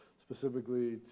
specifically